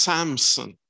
Samson